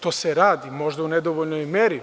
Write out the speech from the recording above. To se radi, možda u nedovoljnoj meri.